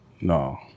no